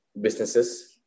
businesses